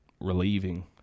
relieving